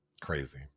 crazy